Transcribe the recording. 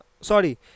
sorry